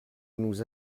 nous